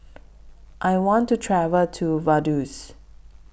I want to travel to Vaduz